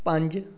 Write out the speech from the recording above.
ਪੰਜ